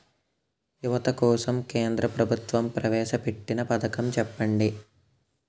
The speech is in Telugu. యువత కోసం కేంద్ర ప్రభుత్వం ప్రవేశ పెట్టిన పథకం చెప్పండి?